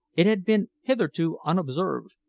it had been hitherto unobserved,